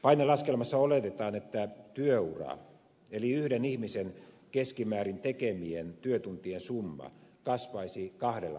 painelaskelmassa oletetaan että työura eli yhden ihmisen keskimäärin tekemien työtuntien summa kasvaisi kahdella vuodella